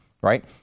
Right